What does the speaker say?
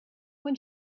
when